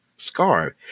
Scarf